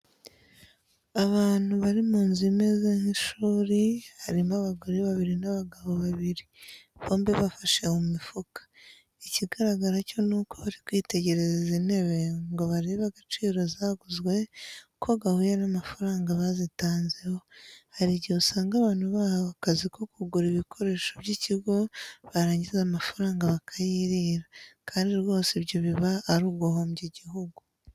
Abantu bari mu nzu imeze nk'ishuri, harimo abagore babiri n'abagabo babiri, bombi bafashe mu mifuka. Ikigaragara cyo ni uko bari kwitegereza izi ntebe ngo barebe gaciro zaguzwe ko gahuye n'amafaranga bazitanzeho. Hari igihe usanga abantu bahawe akazi ko kugura ibikoresho by'ikigo barangiza amafaranga bakayirira, kandi rwose ibyo biba ari uguhombya igihugu.